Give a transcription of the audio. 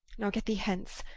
now get thee hence,